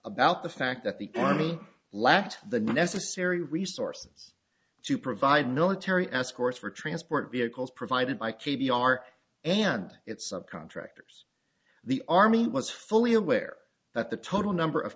about the fact that the army lacked the necessary resources to provide military escorts for transport vehicles provided by k b r and its contractors the army was fully aware that the total number of